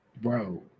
bro